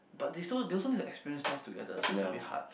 but they so they also need to experience stuff together so it's a bit hard